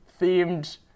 themed